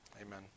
amen